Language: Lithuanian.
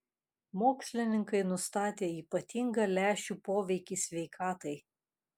mokslininkai nustatė ypatingą lęšių poveikį sveikatai